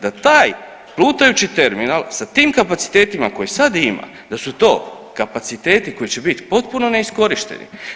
Da taj plutajući terminal sa tim kapacitetima koje sad ima da su to kapaciteti koji će biti potpuno neiskorišteni.